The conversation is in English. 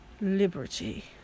liberty